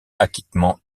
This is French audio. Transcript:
acquittement